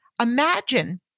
Imagine